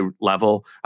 level